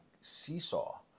seesaw